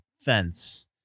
fence